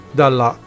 dalla